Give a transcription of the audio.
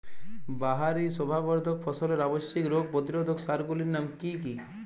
বাহারী শোভাবর্ধক ফসলের আবশ্যিক রোগ প্রতিরোধক সার গুলির নাম কি কি?